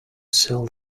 sell